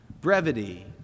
Brevity